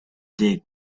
dig